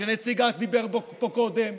שנציגה דיבר פה קודם.